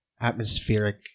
atmospheric